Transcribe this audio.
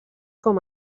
com